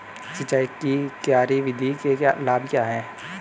सिंचाई की क्यारी विधि के लाभ क्या हैं?